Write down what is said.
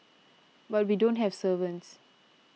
but we don't have servants